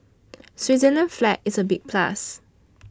Switzerland's flag is a big plus